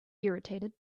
irritated